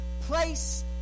place